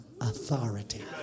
authority